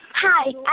Hi